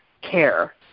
care